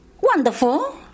Wonderful